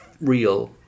real